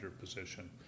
position